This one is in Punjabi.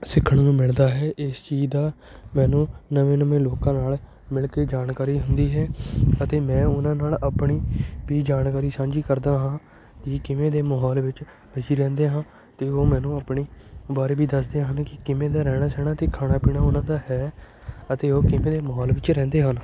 ਸਿੱਖਣ ਨੂੰ ਮਿਲਦਾ ਹੈ ਇਸ ਚੀਜ਼ ਦਾ ਮੈਨੂੰ ਨਵੇਂ ਨਵੇਂ ਲੋਕਾਂ ਨਾਲ਼ ਮਿਲ ਕੇ ਜਾਣਕਾਰੀ ਹੁੰਦੀ ਹੈ ਅਤੇ ਮੈਂ ਉਹਨਾਂ ਨਾਲ਼ ਆਪਣੀ ਵੀ ਜਾਣਕਾਰੀ ਸਾਂਝੀ ਕਰਦਾ ਹਾਂ ਕਿ ਕਿਵੇਂ ਦੇ ਮਾਹੌਲ ਵਿੱਚ ਅਸੀਂ ਰਹਿੰਦੇ ਹਾਂ ਅਤੇ ਉਹ ਮੈਨੂੰ ਆਪਣੇ ਬਾਰੇ ਵੀ ਦੱਸਦੇ ਹਨ ਕਿ ਕਿਵੇਂ ਦਾ ਰਹਿਣਾ ਸਹਿਣਾ ਅਤੇ ਖਾਣਾ ਪੀਣਾ ਉਹਨਾਂ ਦਾ ਹੈ ਅਤੇ ਉਹ ਕਿਵੇਂ ਦੇ ਮਾਹੌਲ ਵਿੱਚ ਰਹਿੰਦੇ ਹਨ